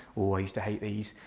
i used to hate these,